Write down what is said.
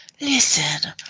Listen